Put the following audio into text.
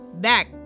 back